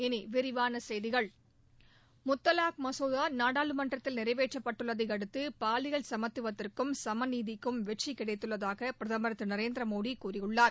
இனி விரிவான செய்திகள் முத்தலாக் மசோதா நாடாளுமன்றத்தில் நிறைவேற்றப்பட்டுள்ளதை அடுத்து பாலியல் சமத்துவத்திற்கும் சமநீதிக்கும் வெற்றி கிடைத்துள்ளதாக பிரதமர் திரு நரேந்திரமோடி கூறியுள்ளார்